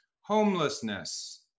homelessness